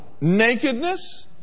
Nakedness